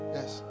Yes